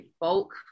bulk